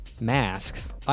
masks